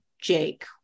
Jake